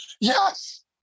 Yes